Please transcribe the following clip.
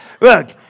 Look